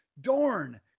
Dorn